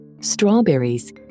strawberries